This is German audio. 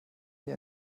hier